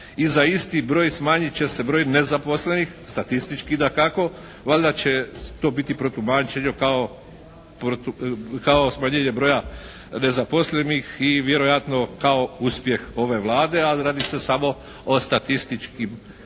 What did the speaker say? i za isti broj smanjit će se broj nezaposlenih statistički dakako. Valjda će to biti protumačeno kao, kao smanjenje broja nezaposlenih i vjerojatno kao uspjeh ove Vlade, a radi se samo o statističkim